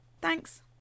thanks